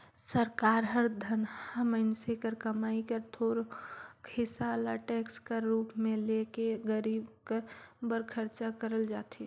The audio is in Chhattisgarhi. सरकार हर धनहा मइनसे कर कमई कर थोरोक हिसा ल टेक्स कर रूप में ले के गरीब बर खरचा करल जाथे